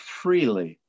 freely